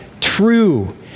true